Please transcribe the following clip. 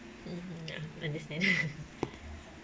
mmhmm ah understand